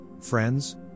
friends